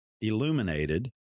illuminated